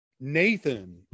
Nathan